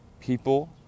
People